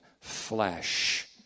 flesh